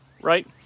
right